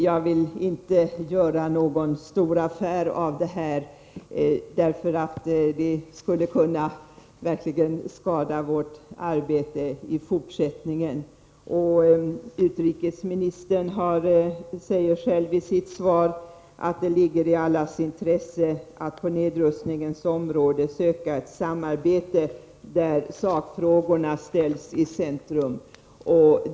Jag vill inte göra någon stor affär av det här, eftersom det skulle kunna skada vårt fortsatta arbete. Utrikesministern säger själv i sitt svar att det ligger i allas intresse att på nedrustningens område söka ett samarbete där sakfrågorna ställs i centrum.